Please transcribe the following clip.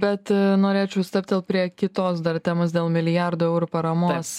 bet norėčiau stabtelt prie kitos dar temos dėl milijardo eurų paramos